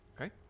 Okay